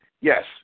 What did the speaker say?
Yes